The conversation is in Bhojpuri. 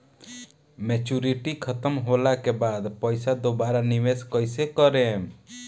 मेचूरिटि खतम होला के बाद पईसा दोबारा निवेश कइसे करेम?